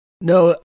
no